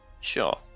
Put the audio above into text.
Sure